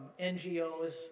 NGOs